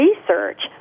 research